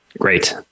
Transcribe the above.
Great